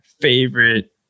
favorite